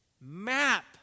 map